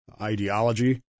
ideology